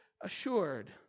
assured